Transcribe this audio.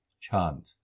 Chant